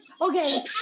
Okay